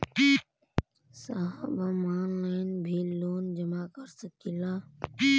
साहब हम ऑनलाइन भी लोन जमा कर सकीला?